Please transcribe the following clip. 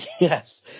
Yes